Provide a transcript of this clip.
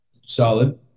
Solid